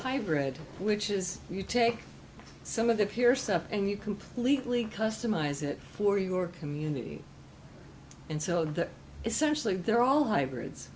hybrid which is you take some of the peer stuff and you completely customize it for your community and so that essentially they're all hybrids